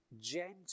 gentle